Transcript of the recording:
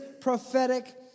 prophetic